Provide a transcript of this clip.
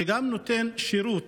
וגם נותן שירות